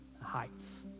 heights